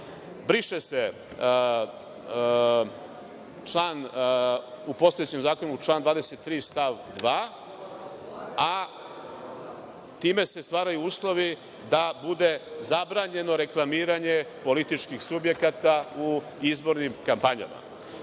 briše u postojećem zakonu član 23. stav 2. a time se stvaraju uslovi da bude zabranjeno reklamiranje političkih subjekata u izbornim kampanjama. Opet